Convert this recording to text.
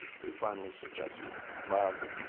he finally suggested mildly,